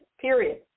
period